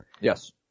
Yes